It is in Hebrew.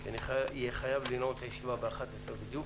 אני חייב לנעול את הישיבה ב-11:00 בדיוק.